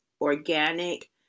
organic